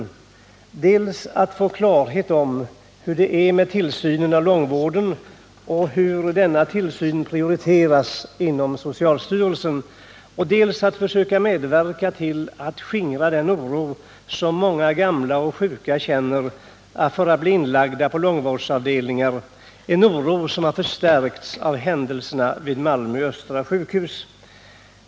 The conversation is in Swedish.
Jag ville dels få klarhet om hur det är med tillsynen av långvården och hur denna tillsyn prioriteras inom socialstyrelsen, dels försöka medverka till att skingra den oro som många gamla och sjuka känner för att bli inlagda på långvårdsavdelningar, en oro som förstärkts av händelserna vid Malmö Östra sjukhus.